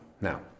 Now